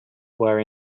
were